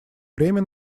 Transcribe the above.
время